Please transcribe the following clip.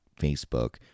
Facebook